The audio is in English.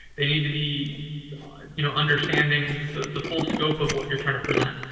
they need to be you know understanding the the full scope of what you're trying to present.